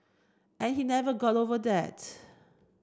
and he never got over that